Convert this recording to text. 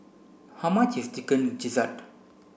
how much is chicken gizzard